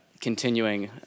continuing